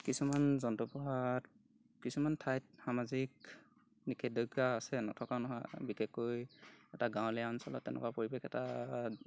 কিছুমান জন্তু পোহাত কিছুমান ঠাইত সামাজিক নিষেধাজ্ঞা আছে নথকা নহয় বিশেষকৈ এটা গাঁৱলীয়া অঞ্চলত তেনেকুৱা পৰিৱেশ এটা